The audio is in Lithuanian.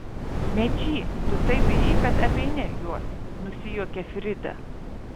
mečy tu taip bijai kad apeini juos nusijuokė frida